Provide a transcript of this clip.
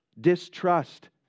distrust